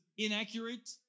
inaccurate